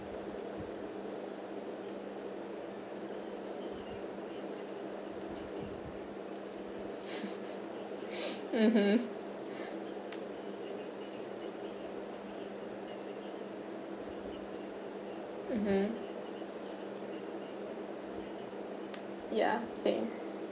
mmhmm mmhmm ya same